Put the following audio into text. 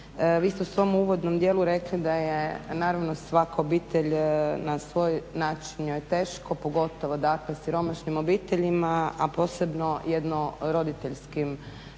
vi ste u svom uvodnom dijelu rekli da je naravno svaka obitelj na svoj način joj je teško, pogotovo dakle siromašnim obiteljima a posebno jedno roditeljskim siromašnim